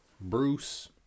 Bruce